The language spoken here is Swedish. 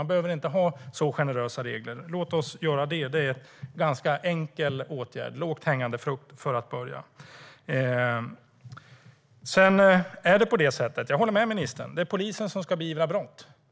Vi behöver inte ha så generösa regler. Låt oss genomföra denna ganska enkla åtgärd, lågt hängande frukt, till att börja med. Sedan håller jag med ministern om att det är polisen som ska beivra brott.